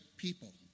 people